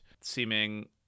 seeming